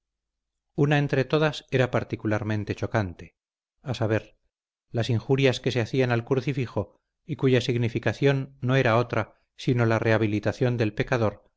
una entre todas era particularmente chocante a saber las injurias que se hacían al crucifijo y cuya significación no era otra sino la rehabilitación del pecador